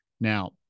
Now